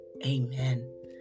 Amen